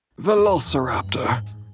Velociraptor